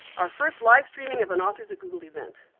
our first live streaming of an authors google event.